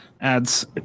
adds